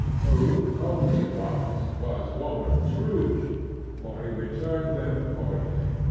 who, cold as he was, was warmer than scrooge for he returned them cordially.